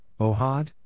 Ohad